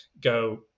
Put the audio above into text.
go